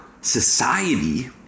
society